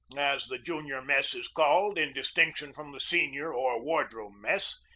as the junior mess is called in distinction from the senior or wardroom mess,